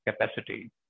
capacity